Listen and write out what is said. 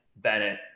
Bennett